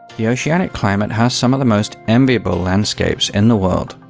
the oceanic climate has some of the most enviable landscapes in the world.